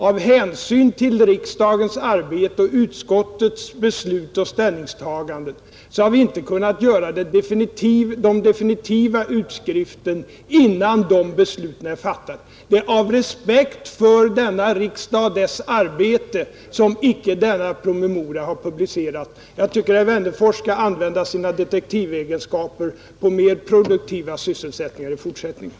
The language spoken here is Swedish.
Av hänsyn till riksdagens arbete och utskottets beslut och ställningstagande har vi inte kunnat göra den definitiva utskriften av denna promemoria, innan besluten är fattade. Det är av respekt för riksdagens arbete som denna promemoria inte publicerats. Jag tycker att herr Wennerfors i fortsättningen skall använda sina detektivegenskaper på mer produktiva sysselsättningar.